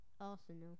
Arsenal